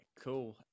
cool